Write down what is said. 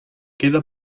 queda